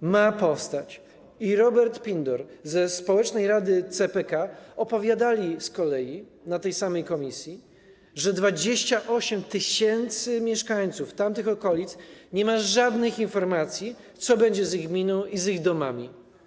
ma powstać, i Robert Pindor ze Społecznej Rady CPK opowiadali z kolei w tej samej komisji, że 28 tys. mieszkańców tamtych okolic nie ma żadnych informacji, co będzie z ich gminą i ich domami.